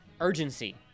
urgency